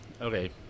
Okay